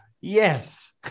Yes